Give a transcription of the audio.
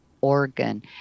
organ